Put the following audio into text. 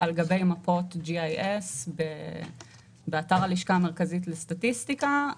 על גבי מפות GIS באתר הלשכה המרכזית לסטטיסטיקה.